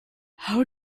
how